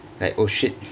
oh shit